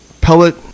pellet